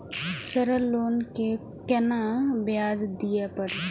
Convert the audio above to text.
Sir loan के केना ब्याज दीये परतें?